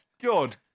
Good